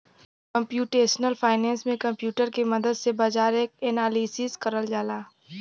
computational finance में computer के मदद से बाजार क एनालिसिस करल जाला